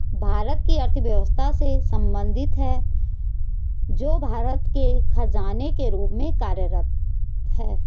भारत की अर्थव्यवस्था से संबंधित है, जो भारत के खजाने के रूप में कार्यरत है